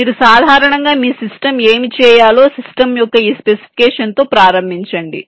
మీరు సాధారణంగా మీ సిస్టమ్ ఏమి చేయాలో సిస్టమ్ యొక్క ఈ స్పెసిఫికేషన్తో ప్రారంభించండి